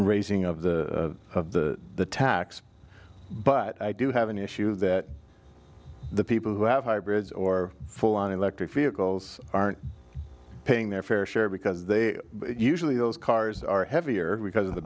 raising of the of the tax but i do have an issue that the people who have hybrids or fall on electric vehicles aren't paying their fair share because they usually those cars are heavier because of the